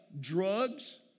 drugs